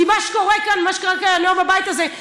כי מה שקורה כאן בבית הזה,